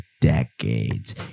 decades